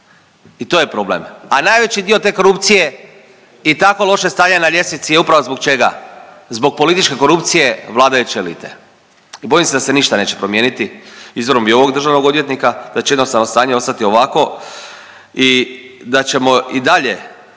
I to je problem, a najveći dio te korupcije i tako loše stanje na ljestvici je upravo zbog čega, zbog političke korupcije vladajuće elite i bojim se da se ništa neće promijeniti izborom i ovog državnog odvjetnika, da će jednostavno stanje ostati ovakvo i da ćemo i dalje